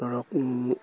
ধৰক